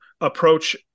approach